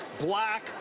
black